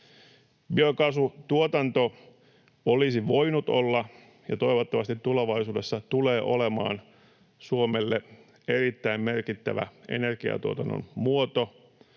Biokaasutuotanto olisi voinut olla ja toivottavasti tulevaisuudessa tulee olemaan Suomelle erittäin merkittävä energiatuotannon muoto,